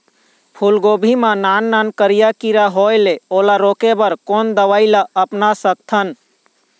फूलगोभी मा नान नान करिया किरा होयेल ओला रोके बर कोन दवई ला अपना सकथन?